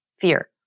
fear